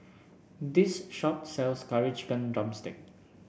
this shop sells Curry Chicken drumstick